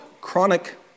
chronic